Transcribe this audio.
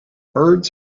birds